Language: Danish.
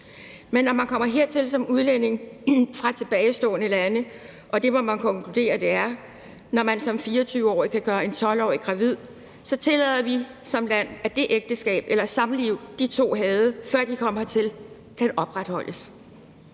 Men når man kommer hertil som udlænding fra tilbagestående lande – og det må man konkludere det er, når man som 24-årig kan gøre en 12-årig gravid – tillader vi som land, at det ægteskab eller samliv, de to havde, før de kom hertil, kan opretholdes.